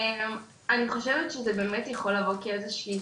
אני חושבת שזה באמת יכול לבוא כאיזושהי